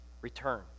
return